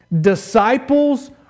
Disciples